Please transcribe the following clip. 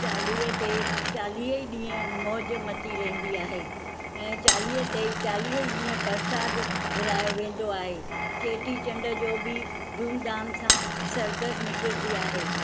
चालीह ते चालीह ई ॾींहं मौजु मची रहिंदी आहे ऐं चालीह ते ई चालीह ई ॾींहं प्रसाद विरिहायो वेंदो आहे चेटीचंड जो बि धूमधाम सां सर्कस निकिरंदी आहे